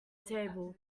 table